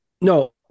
No